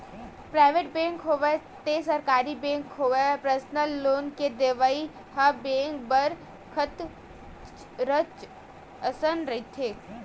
private bank होवय ते सरकारी बेंक होवय परसनल लोन के देवइ ह बेंक बर खतरच असन रहिथे